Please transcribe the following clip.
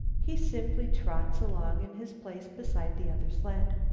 he simply trots along in his place beside the other sled.